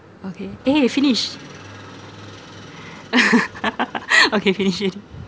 okay eh finish okay finishing